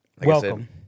Welcome